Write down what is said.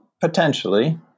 potentially